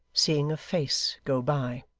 seeing a face go by.